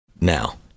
now